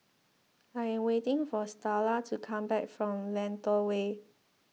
I am waiting for Starla to come back from Lentor Way